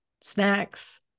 snacks